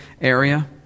area